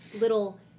little